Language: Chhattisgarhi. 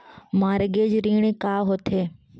मॉर्गेज ऋण का होथे?